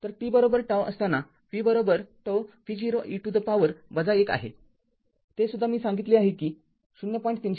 तर t ζ असताना vζ v0 e to the power १ आहे ते सुद्धा मी सांगितले आहे कि 0